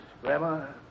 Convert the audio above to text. Grandma